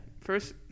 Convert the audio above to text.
First